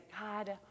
God